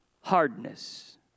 hardness